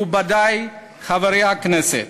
מכובדי חברי הכנסת,